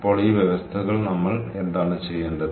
അപ്പോൾ ഈ വ്യവസ്ഥകൾ നമ്മൾ എന്താണ് ചെയ്യേണ്ടത്